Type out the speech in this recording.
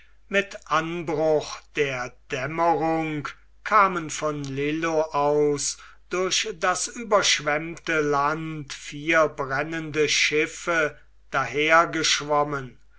mit abbruch der dämmerung kamen von lillo aus durch das überschwemmte land vier brennende schiffe daher geschwommen